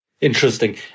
Interesting